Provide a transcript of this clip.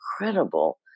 incredible